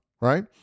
right